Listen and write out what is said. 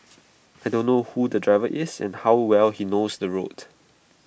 I don't know who the driver is and how well he knows the roads